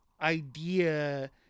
idea